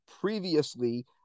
previously